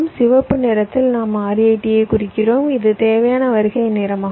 சிவப்பு நிறத்தில் நாம் RAT ஐ குறிக்கிறோம் இது தேவையான வருகை நேரம் ஆகும்